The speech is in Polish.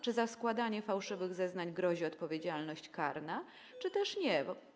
Czy za składanie fałszywych zeznań grozi odpowiedzialność karna czy też nie?